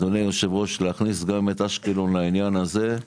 אדוני היושב-ראש, להכניס גם את אשקלון לעניין הזה.